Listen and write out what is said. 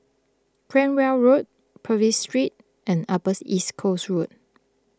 Cranwell Road Purvis Street and Upper East Coast Road